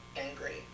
angry